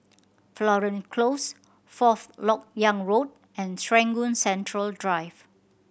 Florence Close Fourth Lok Yang Road and Serangoon Central Drive